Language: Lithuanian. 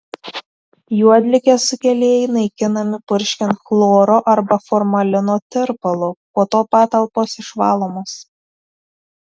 juodligės sukėlėjai naikinami purškiant chloro arba formalino tirpalu po to patalpos išvalomos